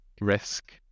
risk